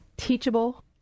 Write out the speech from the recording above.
Teachable